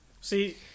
See